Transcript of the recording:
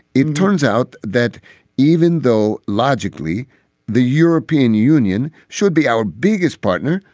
it turns out that even though logically the european union should be our biggest partner,